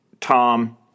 Tom